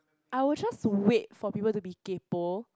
I will just wait for people to be kaypoh